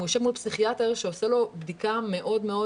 הוא יושב מול פסיכיאטר שעושה לו בדיקה מאוד מאוד